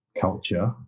culture